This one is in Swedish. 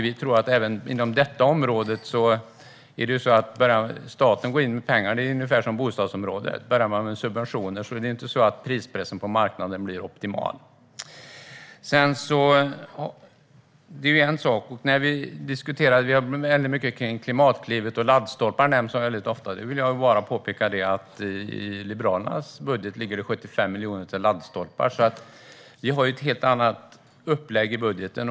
Vi tror att det även inom detta område är ungefär som på bostadsområdet; börjar man med subventioner är det inte så att prispressen på marknaden blir optimal. Klimatklivet och laddstolpar nämns ofta. Jag vill bara påpeka att det i Liberalernas budgetförslag ligger 75 miljoner till laddstolpar. Vi har alltså ett helt annat upplägg i budgeten.